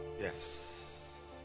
Yes